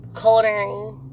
culinary